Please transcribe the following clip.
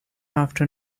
after